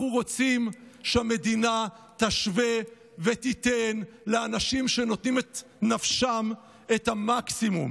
אנחנו רוצים שהמדינה תשווה ותיתן לאנשים שנותנים את נפשם את המקסימום.